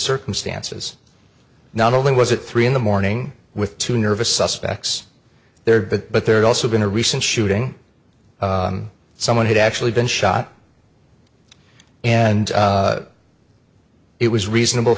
circumstances not only was it three in the morning with two nervous suspects there but there's also been a recent shooting someone had actually been shot and it was reasonable